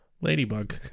Ladybug